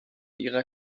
ihrer